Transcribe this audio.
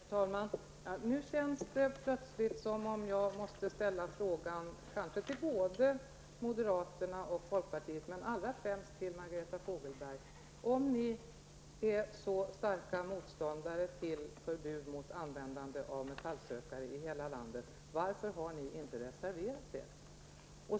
Herr talman! Nu känns det plötsligt som om jag måste ställa frågan, kanske till både moderaterna och folkpartiet, men mest till Margareta Fogelberg: Om ni är så starka motståndare till förbud mot användande av metallsökare i hela landet, varför har ni inte reserverat er?